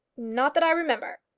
not that i remember.